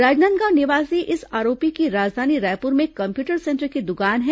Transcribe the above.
राजनांदगांव निवासी इस आरोपी की राजधानी रायपुर में कम्प्यूटर सेंटर की दुकान है